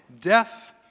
Death